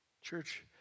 Church